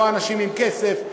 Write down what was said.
לא אנשים עם כסף,